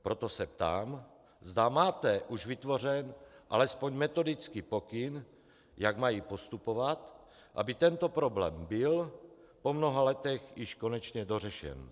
Proto se ptám, zda máte už vytvořen alespoň metodický pokyn, jak mají postupovat, aby tento problém byl po mnoha letech již konečně dořešen.